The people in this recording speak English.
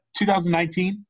2019